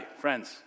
friends